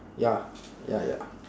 ya ya ya